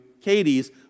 Katie's